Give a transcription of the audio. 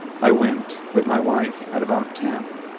i went, with my wife, at about ten.